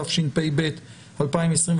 התשפ"ב-2021,